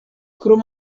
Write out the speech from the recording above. krom